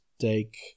take